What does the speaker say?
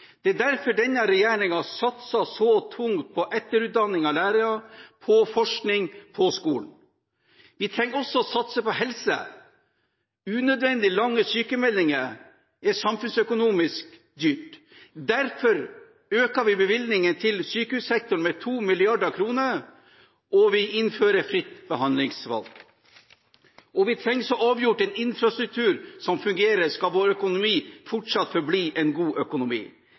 Det er derfor denne regjeringen satser så tungt på etterutdanning av lærere, på forskning, på skolen. Vi trenger også å satse på helse. Unødvendig lange sykemeldinger er samfunnsøkonomisk dyrt. Derfor øker vi bevilgningen til sykehussektoren med 2 mrd. kr, og vi innfører fritt behandlingsvalg. Vi trenger så avgjort en infrastruktur som fungerer, skal vår økonomi fortsatt forbli en god økonomi.